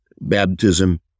Baptism